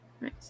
Nice